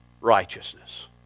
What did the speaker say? righteousness